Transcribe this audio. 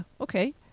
okay